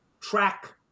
track